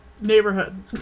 neighborhood